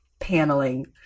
paneling